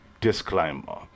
disclaimer